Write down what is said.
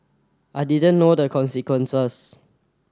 I didn't know the consequences